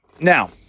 now